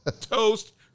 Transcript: toast